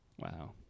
Wow